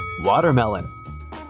Watermelon